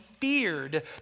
feared